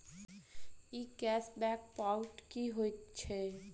ई cash back point की होइत छैक?